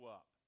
up